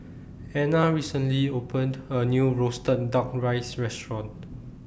Ena recently opened A New Roasted Duck Rice Restaurant